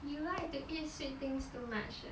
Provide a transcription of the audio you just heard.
you like to eat sweet things too much eh